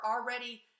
already